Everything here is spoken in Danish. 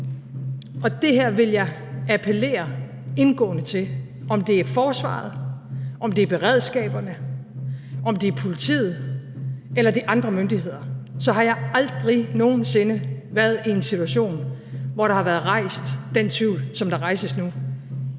Og det her vil jeg appellere indgående til. Om det er forsvaret, om det er beredskaberne, om det er politiet, eller om det er andre myndigheder, så har jeg aldrig nogen sinde været i en situation, hvor der har været rejst den tvivl, som der rejses nu.